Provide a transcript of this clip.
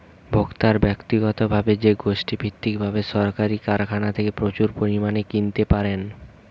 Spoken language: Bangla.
ভোক্তারা ব্যক্তিগতভাবে বা গোষ্ঠীভিত্তিকভাবে সরাসরি কারখানা থেকে প্রচুর পরিমাণে কিনতে পারেন